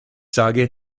sage